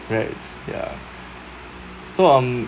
right ya so um